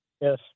Yes